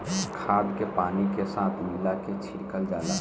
खाद के पानी के साथ मिला के छिड़कल जाला